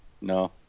No